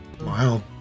Wow